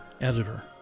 editor